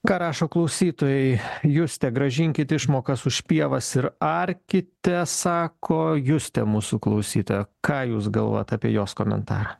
ką rašo klausytojai justė grąžinkit išmokas už pievas ir arkite sako justė mūsų klausytoja ką jūs galvojat apie jos komentarą